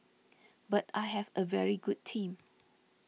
but I have a very good team